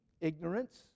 ignorance